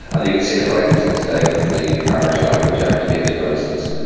and you could see it right until today with the irish language act debate, and for instance,